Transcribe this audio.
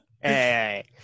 hey